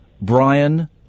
Brian